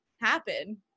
happen